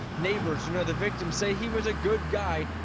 neighbors who know the victim say he was a good guy,